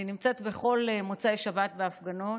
אני נמצאת בכל מוצאי שבת בהפגנות,